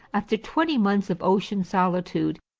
after twenty months of ocean solitude,